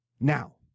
Now